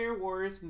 warriors